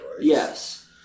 Yes